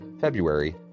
February